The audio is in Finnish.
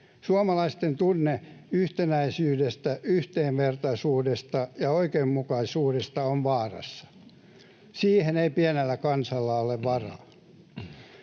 Suomalaisten tunne yhtenäisyydestä, yhdenvertaisuudesta ja oikeudenmukaisuudesta on vaarassa. Siihen ei pienellä kansalla ole varaa.